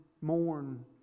mourn